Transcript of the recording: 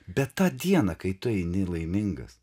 bet tą dieną kai tu eini laimingas